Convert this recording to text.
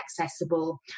accessible